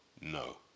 No